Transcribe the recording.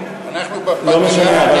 אנחנו כבר פעם שנייה נקיים,